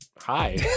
hi